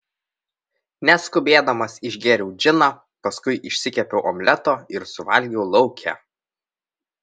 neskubėdamas išgėriau džiną paskui išsikepiau omleto ir suvalgiau lauke